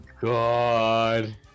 god